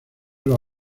los